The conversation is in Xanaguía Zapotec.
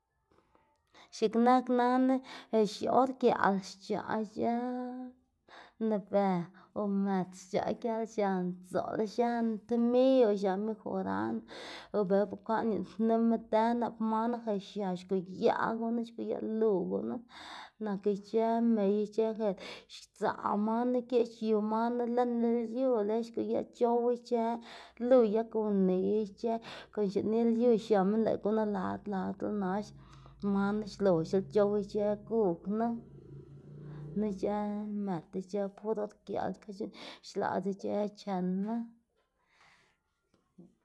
x̱iꞌk nak nana or giaꞌl xc̲h̲aꞌ ic̲h̲ë mëbë o mët xc̲h̲aꞌ giaꞌl x̱an dzoꞌl x̱an tomiy o x̱an mejoran o bela bekwaꞌn c̲h̲uꞌnnpnima dën nap manu xia xguyaꞌ gunu xguyaꞌ lu gunu nak ic̲h̲ë mey ic̲h̲ë ger sdzaꞌ manu geꞌch yu manu lën lyu lën xguyaꞌ c̲h̲ow ic̲h̲ë lu yag uniy ic̲h̲ë konga xinilyu xiama lëꞌ gunu lad ladla nax manu xloxla c̲h̲ow ic̲h̲ë gu knu ic̲h̲ë mët ic̲h̲ë pur or giaꞌl xka c̲h̲uꞌnn xlaꞌdz ic̲h̲ë chenma.